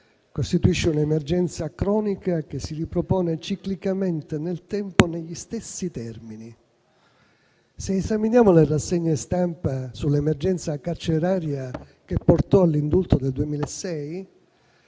costituisce un'emergenza cronica che si ripropone ciclicamente nel tempo negli stessi termini. Se esaminiamo le rassegne stampa sull'emergenza carceraria che portò all'indulto del 2006